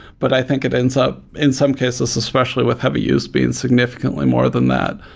but i think it ends up, in some cases, especially with heavy use, being significantly more than that.